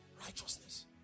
righteousness